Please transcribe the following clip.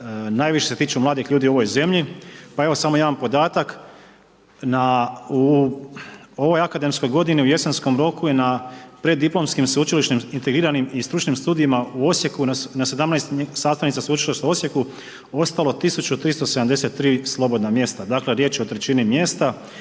najviše se tiču mladih ljudi u ovoj zemlji. Pa evo samo jedan podatak, u ovoj akademskoj godini u jesenskom roku je na preddiplomskim sveučilišnim integriranim i stručnim studijima u Osijeku na 17 sastavnica Sveučilišta u Osijeku ostalo tisuću 377 slobodna mjesta. Dakle, riječ je o trećini mjesta.